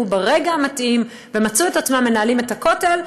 ברגע המתאים ומצאו את עצמם מנהלים את הכותל,